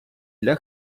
для